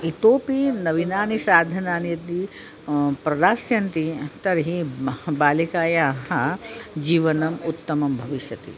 इतोपि नवीनानि साधनानि यदि प्रदास्यन्ति तर्हि मह् बालिकायाः जीवनम् उत्तमं भविष्यति